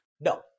no